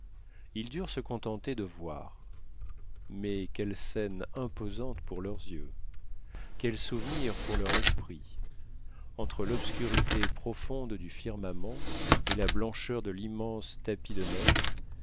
ils durent se contenter de voir mais quelle scène imposante pour leurs yeux quel souvenir pour leur esprit entre l'obscurité profonde du firmament et la blancheur de l'immense tapis de neige